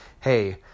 hey